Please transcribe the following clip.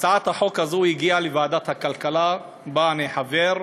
הצעת החוק הזאת הגיעה לוועדת הכלכלה שבה אני חבר,